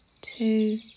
two